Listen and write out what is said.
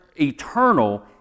eternal